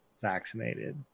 vaccinated